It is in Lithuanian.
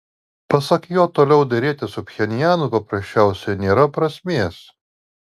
pasak jo toliau derėtis su pchenjanu paprasčiausiai nėra prasmės